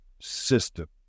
system